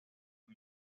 con